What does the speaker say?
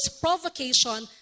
provocation